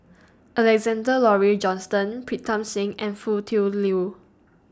Alexander Laurie Johnston Pritam Singh and Foo Tui Liew